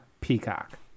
Peacock